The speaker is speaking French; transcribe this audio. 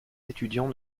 étudiants